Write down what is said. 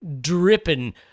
dripping